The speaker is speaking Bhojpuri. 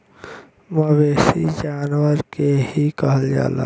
मवेसी जानवर के ही कहल जाला